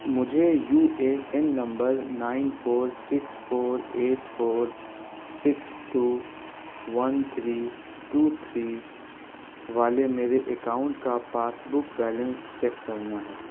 مجھے U A N number nine four six four eight four six two one three two three والے میرے account کا passbook balance check کرنا ہے